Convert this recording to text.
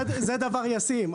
זה דבר ישים.